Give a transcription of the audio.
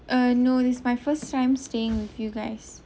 ah no this is my first time staying with you guys